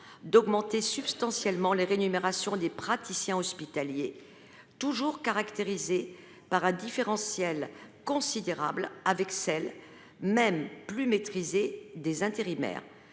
d’augmenter substantiellement les rémunérations des praticiens hospitaliers, toujours caractérisées par une différence considérable avec celles des intérimaires,